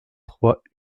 trois